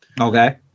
Okay